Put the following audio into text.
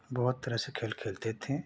बहुत तरह से खेल खेलते थे